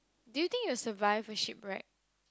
do you think you survive in a ship right